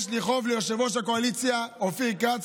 יש לי חוב ליושב-ראש הקואליציה אופיר כץ.